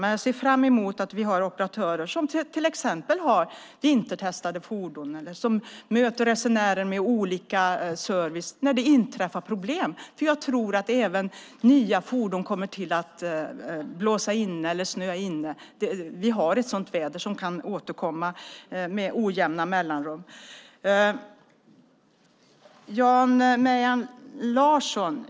Men jag ser fram emot att vi har operatörer som till exempel har vintertestade fordon och som möter resenärer med olika service när det inträffar problem. Jag tror att även nya fordon kommer att snöa in. Vi har ett sådant klimat att kallt väder kan återkomma med ojämna mellanrum.